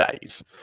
days